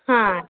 ಹಾಂ